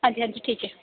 हां जी हां जी ठीक ऐ